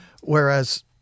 whereas